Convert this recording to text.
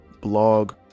blog